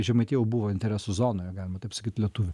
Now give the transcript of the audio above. žemaitija jau buvo interesų zonoje galima taip sakyt lietuvių